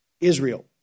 Israel